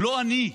לא אני.